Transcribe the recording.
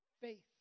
Faith